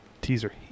teaser